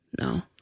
No